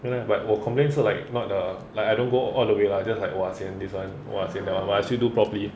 no leh but 我 complain 是 like not the like I don't go all the way lah like just !wah! sian this [one] !wah! sian that one but I still do properly